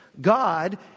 God